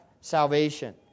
salvation